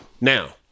now